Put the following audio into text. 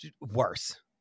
worse